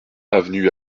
avenue